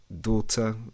daughter